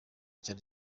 cyane